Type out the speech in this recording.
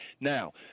now